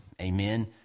amen